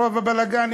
מרוב הבלגן,